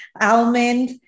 almond